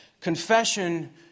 Confession